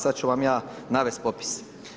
Sad ću vam ja navesti popis.